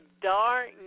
dark